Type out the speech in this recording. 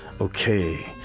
Okay